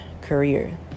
career